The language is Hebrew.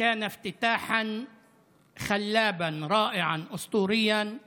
אתמול הייתה פתיחה מרהיבה, מצוינת, אגדתית,